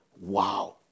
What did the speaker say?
wow